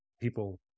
people